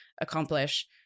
accomplish